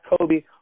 Kobe